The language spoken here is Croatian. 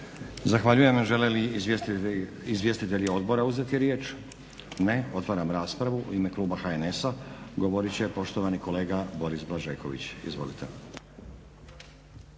Zahvaljujem. Žele li izvjestitelji odbora uzeti riječ? Ne. Otvaram raspravu. U ime kluba HNS-a govorit će poštovani kolega Boris Blažeković. Izvolite.